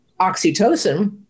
oxytocin